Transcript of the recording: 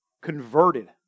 converted